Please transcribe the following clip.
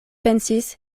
pensis